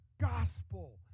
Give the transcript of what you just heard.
gospel